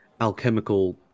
alchemical